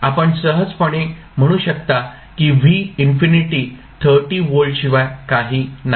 आपण सहजपणे म्हणू शकता की v इन्फिनिटी 30 व्होल्टशिवाय काही नाही